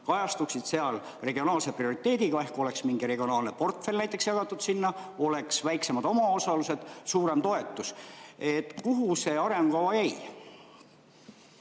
kajastuksid seal regionaalse prioriteediga ehk oleks näiteks mingi regionaalne portfell sinna jagatud, oleksid väiksemad omaosalused, suurem toetus. Kuhu see arengukava jäi?